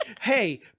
Hey